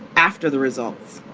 after the results,